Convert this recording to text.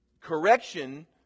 Correction